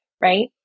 Right